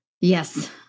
Yes